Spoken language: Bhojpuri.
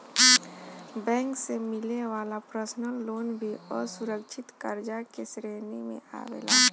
बैंक से मिले वाला पर्सनल लोन भी असुरक्षित कर्जा के श्रेणी में आवेला